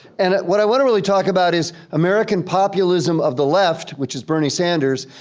and what i wanna really talk about is american populism of the left, which is bernie sanders,